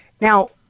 now